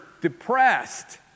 depressed